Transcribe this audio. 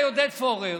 בא אליי עודד פורר